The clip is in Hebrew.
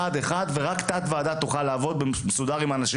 רק תת-ועדה תוכל לעבוד בצורה מסודרת עם האנשים